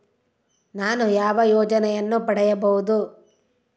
ನಾನು ಯಾವ ಯೋಜನೆಯನ್ನು ಪಡೆಯಬಹುದು?